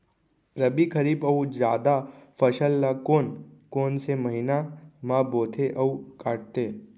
रबि, खरीफ अऊ जादा फसल ल कोन कोन से महीना म बोथे अऊ काटते?